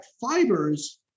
fibers